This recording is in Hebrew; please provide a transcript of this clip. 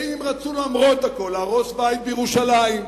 ואם רצו למרות הכול להרוס בית בירושלים,